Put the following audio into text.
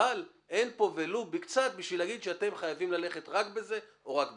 אין פה ולו בקצת בשביל להגיד שאתם חייבים ללכת רק בזה או רק בזה.